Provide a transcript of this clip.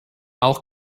auch